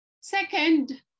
Second